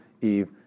Eve